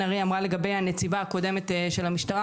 ארי אמרה לגבי הנציבה הקודמת של המשטרה,